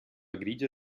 grigia